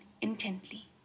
intently